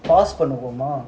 pause பண்ணுவோமா:pannuvooma